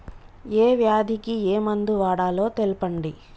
ఏ వ్యాధి కి ఏ మందు వాడాలో తెల్పండి?